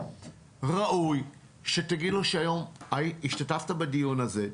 ראוי שתגיד לו שהשתתפת בדיון הזה היום,